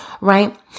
right